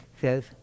says